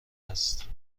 هست